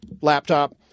laptop